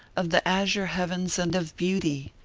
of the azure heavens and of beauty.